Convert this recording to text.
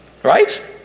Right